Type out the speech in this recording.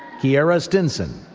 kyera stinson.